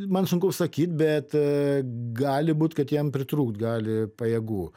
man sunku sakyt bet gali būt kad jam pritrūkt gali pajėgų